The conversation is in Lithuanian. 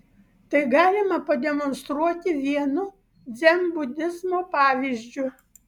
tai galima pademonstruoti vienu dzenbudizmo pavyzdžiu